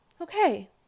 okay